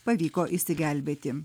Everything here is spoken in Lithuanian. pavyko išsigelbėti